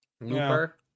Looper